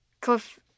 Cliff